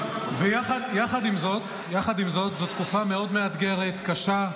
יחד עם זאת, זאת תקופה מאוד מאתגרת, קשה,